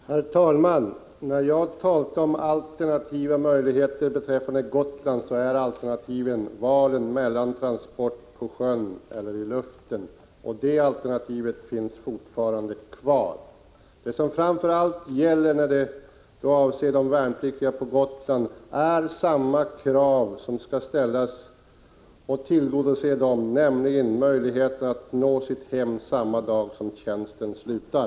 Herr talman! När jag talade om alternativa möjligheter beträffande Gotland avsåg jag valet mellan transporter på sjön och transporter i luften, och de alternativen finns fortfarande kvar. För de värnpliktiga på Gotland är det framför allt fråga om att ställa ett krav som skall tillgodoses, nämligen att de skall ha möjlighet att nå sitt hem samma dag som tjänsten slutar.